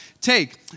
take